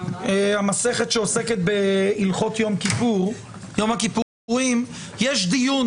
המסכת שעוסקת בהלכות יום הכיפורים, יש דיון